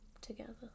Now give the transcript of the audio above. together